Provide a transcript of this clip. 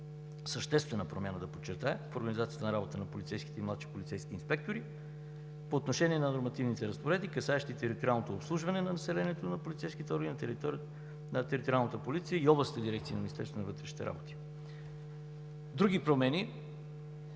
съществена промяна, да подчертая, в организацията на работата на полицейските и младшите полицейски инспектори по отношение на нормативните разпоредби, касаещи териториалното обслужване на населението, на полицейските органи на териториалната полиция и областните дирекции на Министерството на